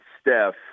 Steph –